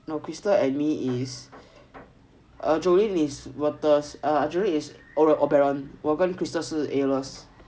no crystal and me is err jolene is lotus jolene is oberon 我跟 crystal 是 aries